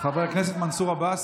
חבר הכנסת מנסור עבאס,